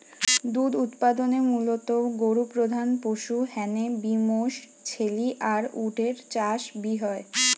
দুধ উতপাদনে মুলত গরু প্রধান পশু হ্যানে বি মশ, ছেলি আর উট এর চাষ বি হয়